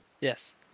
Yes